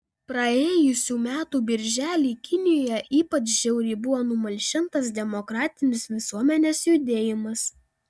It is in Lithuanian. praėjusių metų birželį kinijoje ypač žiauriai buvo numalšintas demokratinis visuomenės judėjimas